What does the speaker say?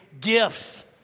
gifts